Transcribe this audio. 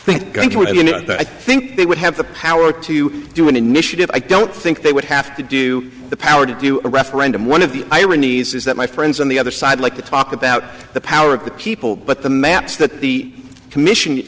think i think they would have the power to do an initiative i don't think they would have to do the power to do a referendum one of the ironies is that my friends on the other side like to talk about the power of the people but the maps that the commission